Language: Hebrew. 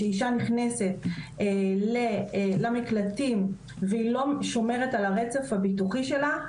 כשאישה נכנסת למקלטים והיא לא שומרת על הרצף הביטוחי שלה,